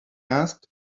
asked